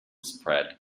spread